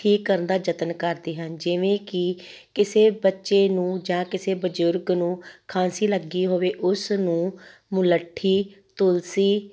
ਠੀਕ ਕਰਨ ਦਾ ਯਤਨ ਕਰਦੇ ਹਨ ਜਿਵੇਂ ਕਿ ਕਿਸੇ ਬੱਚੇ ਨੂੰ ਜਾਂ ਕਿਸੇ ਬਜ਼ੁਰਗ ਨੂੰ ਖਾਂਸੀ ਲੱਗੀ ਹੋਵੇ ਉਸ ਨੂੰ ਮੁਲੱਠੀ ਤੁਲਸੀ